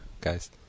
guys